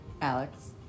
Alex